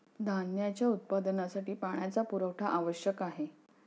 धान्याच्या उत्पादनासाठी पाण्याचा पुरवठा आवश्यक आहे